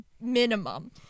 minimum